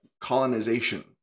colonization